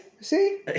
See